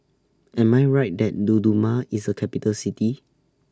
Am I Right that Dodoma IS A Capital City